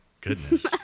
Goodness